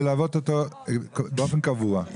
ללוות אותו באופן קבוע.